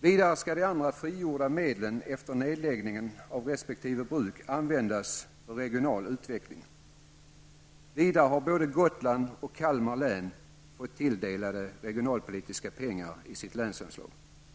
Vidare skall de andra frigjorda medlen efter nedläggningen av resp. bruk användas för regional utveckling. Vidare har både Gotlands och Kalmar län fått sig tilldelat regionalpolitiska pengar i sitt länsanslag.